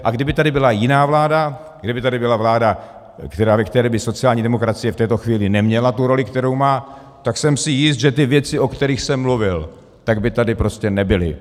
A kdyby tady byla jiná vláda, kdyby tady byla vláda, ve které by sociální demokracie neměla tu roli, kterou má, tak jsem si jist, že ty věci, o kterých jsem mluvil, tak by tady prostě nebyly.